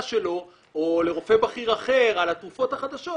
שלו או לרופא בכיר אחר על התרופות החדשות,